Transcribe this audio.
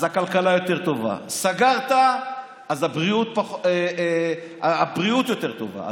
אז הכלכלה יותר טובה, סגרת, אז הבריאות יותר טובה.